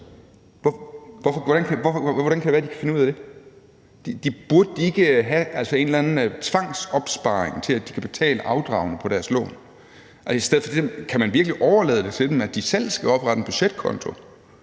Hvordan kan det være, at de kan finde ud af det? Burde de ikke have en eller anden tvangsopsparing til, at de kan betale afdragene på deres lån? Kan man virkelig overlade det til dem, at de selv skal oprette en budgetkonto